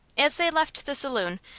as they left the saloon,